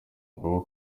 nguwo